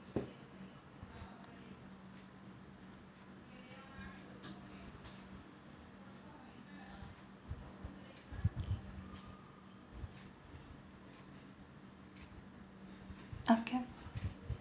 okay